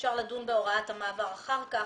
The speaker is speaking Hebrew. אפשר לדון בהוראת המעבר אחר כך.